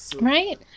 Right